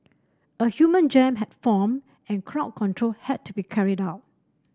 a human jam had formed and crowd control had to be carried out